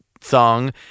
song